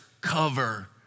cover